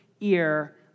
ear